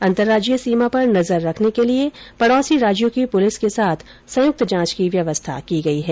अन्तर्राज्यीय सीमा पर नजर रखने के लिए पडोसी राज्यों की पुलिस के साथ संयुक्त जांच की व्यवस्था की गई है